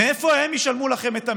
מאיפה הם ישלמו לכם את המיסים?